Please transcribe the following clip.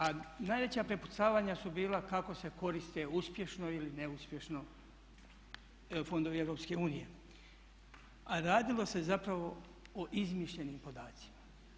A najveća prepucavanja su bila kako se koriste uspješno ili neuspješno fondovi Europske unije a radilo se zapravo o izmišljenim podacima.